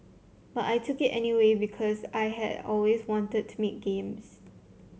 but I took it anyway because I had always wanted to make games